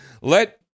Let